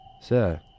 Sir